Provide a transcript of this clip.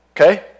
okay